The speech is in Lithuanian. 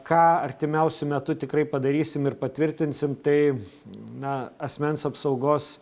ką artimiausiu metu tikrai padarysim ir patvirtinsim tai na asmens apsaugos